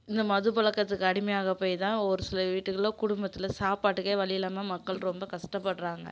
இந்த மது பழக்கத்துக்கு அடிமையாக போய்தான் ஒருசில வீட்டுகளில் குடும்பத்தில் சாப்பாட்டுக்கே வழியில்லாமல் மக்கள் ரொம்ப கஷ்டப்பட்றாங்க